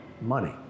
money